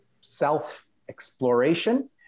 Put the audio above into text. self-exploration